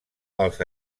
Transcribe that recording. els